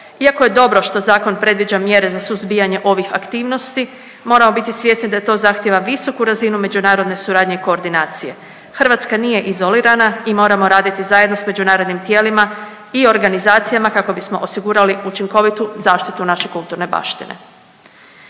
Iako je dobro što zakon predviđa mjere za suzbijanje ovih aktivnosti moramo biti svjesni da to zahtjevu visoku razinu međunarodne suradnje i koordinacije. Hrvatska nije izolirana i moramo raditi zajedno s međunarodnim tijelima i organizacijama kako bismo osigurali učinkovitu zaštitu naše kulturne baštine.